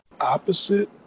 opposite